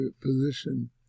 position